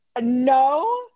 No